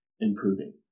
improving